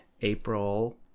April